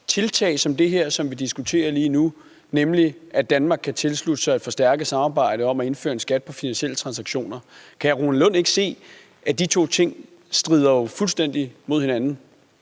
tiltag som det her, som vi diskuterer lige nu, nemlig om Danmark kan tilslutte sig et forstærket samarbejde om at indføre en skat på finansielle transaktioner. Kan hr. Rune Lund ikke se, at de to ting jo fuldstændig strider mod hinanden?